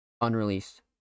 unreleased